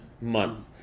month